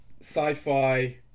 sci-fi